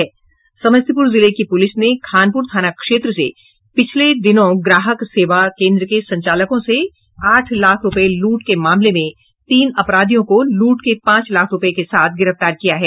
समस्तीपुर जिले की पुलिस ने खानपुर थाना क्षेत्र से पिछले दिनों ग्राहक सेवा केन्द्र के संचालकों से आठ लाख रूपये लूट के मामले में तीन अपराधियों को लूट के पांच लाख रूपये के साथ गिरफ्तार किया है